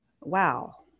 Wow